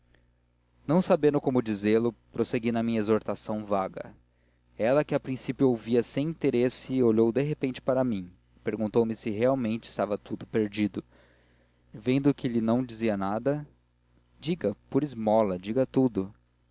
não sabendo como dizê-lo prossegui na minha exortação vaga ela que a princípio ouvia sem interesse olhou de repente para mim e perguntou-me se realmente estava tudo perdido vendo que lhe não dizia nada diga por esmola diga tudo